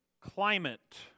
climate